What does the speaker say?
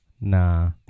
Nah